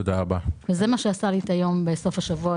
זה מה שעשה לי את סוף השבוע,